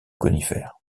conifères